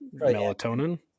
Melatonin